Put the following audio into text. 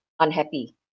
unhappy